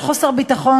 חוקה.